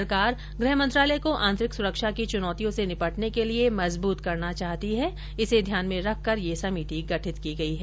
सरकार गृह मंत्रालय को आंतरिक सुरक्षा की चुनौतियों से निपटने के लिए मजबूत करना चाहती है इसे ध्यान में रखकर ये समिति गठित की गयी है